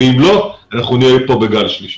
אם לא, אנחנו נהיה כאן בגל שלישי.